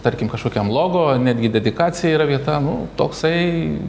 tarkim kažkokiam logo netgi dedikacijai yra vieta nu toksai